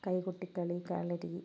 കൈകൊട്ടിക്കളി കളരി